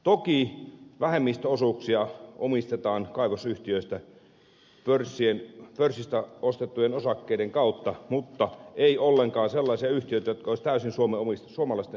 toki vähemmistöosuuksia omistetaan kaivosyhtiöistä pörssistä ostettujen osakkeiden kautta mutta ei ollenkaan sellaisia yhtiöitä jotka olisivat täysin suomalaisten omistuksessa